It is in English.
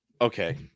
Okay